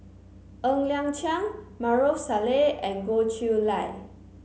Ng Liang Chiang Maarof Salleh and Goh Chiew Lye